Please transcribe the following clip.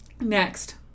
Next